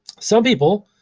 some people,